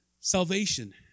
Salvation